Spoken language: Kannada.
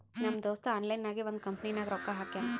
ನಮ್ ದೋಸ್ತ ಆನ್ಲೈನ್ ನಾಗೆ ಒಂದ್ ಕಂಪನಿನಾಗ್ ರೊಕ್ಕಾ ಹಾಕ್ಯಾನ್